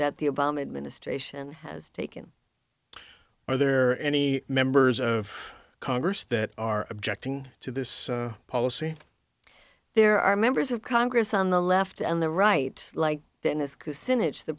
that the obama administration has taken are there any members of congress that are objecting to this policy there are members of congress on the left and the right like dennis